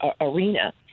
arena